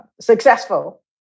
successful